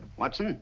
watson